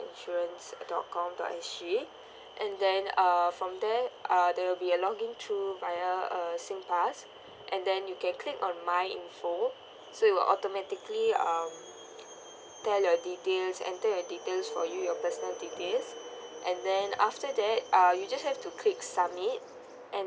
insurance dot com dot S_G and then err from there uh they will be log-in through via uh SingPass and then you can click on my info so you'll automatically um pair your details enter your details for you your personally details and then after that uh you just have to click submit and